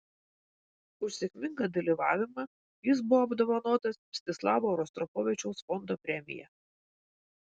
už sėkmingą dalyvavimą jis buvo apdovanotas mstislavo rostropovičiaus fondo premija